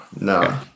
no